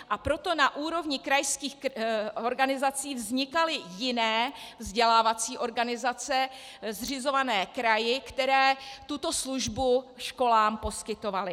A proto na úrovni krajských organizací vznikaly jiné vzdělávací organizace, zřizované kraji, které tuto službu školám poskytovaly.